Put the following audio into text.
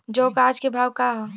जौ क आज के भाव का ह?